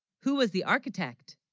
who, was the architect